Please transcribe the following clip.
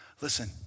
Listen